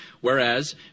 whereas